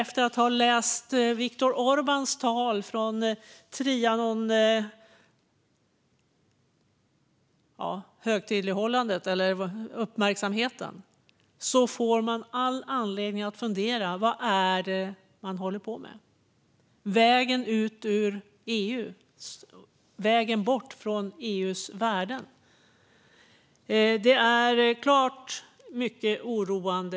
Efter att ha läst Viktor Orbáns tal från högtidlighållandet av Trianon fick jag all anledning att fundera över vad det är man håller på med - vägen ut ur EU och bort från EU:s värden. Detta är såklart mycket oroande.